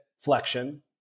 flexion